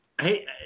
Hey